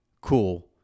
cool